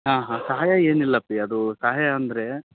ಹಾಂ ಹಾಂ ಸಹಾಯ ಏನಿಲ್ಲಪ್ಪಿ ಅದು ಸಹಾಯ ಅಂದ್ರೆ